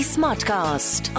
Smartcast